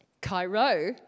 Cairo